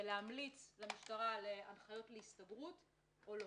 ולהמליץ למשטרה על הנחיות להסתברות או לא.